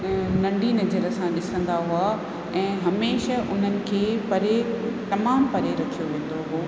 ऐं नंढी नज़र सां ॾिसंदा हुआ ऐं हमेशह उन्हनि खे परे तमामु परे रखियो वेंदो हुओ